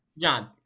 John